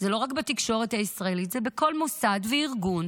זה לא רק בתקשורת הישראלית, זה בכל מוסד וארגון